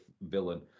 villain